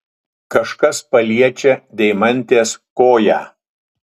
kažkas paliečia deimantės koją